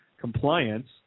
compliance